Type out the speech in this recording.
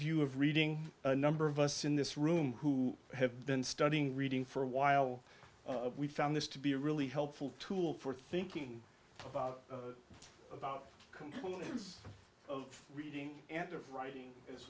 view of reading a number of us in this room who have been studying reading for a while we found this to be a really helpful tool for thinking about components of reading and of writing as